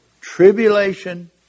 tribulation